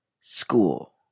School